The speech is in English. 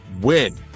win